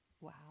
wow